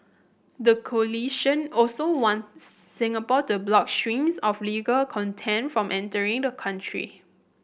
the coalition also wants Singapore to block streams of legal content from entering the country